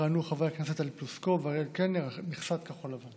יכהנו חברי הכנסת טלי פלוסקוב ואריאל קלנר על מכסת כחול לבן.